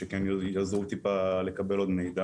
רק תן לנו דברים חדשים כי אנחנו קצובים בזמן.